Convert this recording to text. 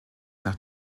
nach